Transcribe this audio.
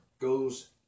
goes